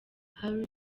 hailey